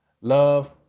Love